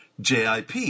jip